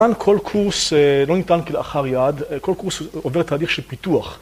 כל קורס לא ניתן כלאחר יד, כל קורס עובר תהליך של פיתוח